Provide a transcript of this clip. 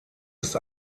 ist